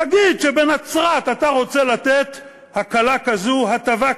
תגיד שבנצרת אתה רוצה לתת הקלה כזאת, הטבה כזאת,